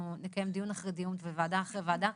נקיים דיון אחרי דיון וועדה אחרי ועדה,